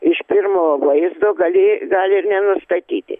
iš pirmo vaizdo gali gal ir nenustatyti